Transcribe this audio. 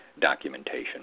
documentation